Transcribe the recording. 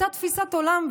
אותה תפיסת עולם,